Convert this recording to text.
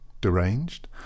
deranged